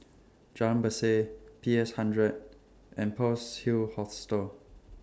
Jalan Berseh P S hundred and Pearl's Hill Hostel